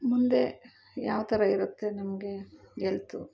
ಮುಂದೆ ಯಾವ್ತರ ಇರುತ್ತೆ ನಮಗೆ ಎಲ್ತು